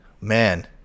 Man